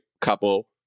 couple